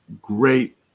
great